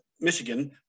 Michigan